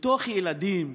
על ילדים,